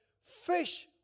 Fish